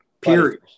Period